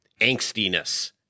angstiness